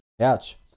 Ouch